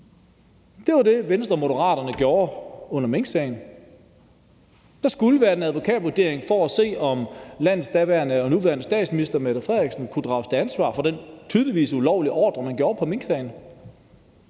Det var det, Venstre og Moderaterne gjorde under minksagen. Der skulle være en advokatvurdering for at se, om landets daværende og nuværende statsminister kunne drages til ansvar for den tydeligvis ulovlige ordre man gav på minksagen.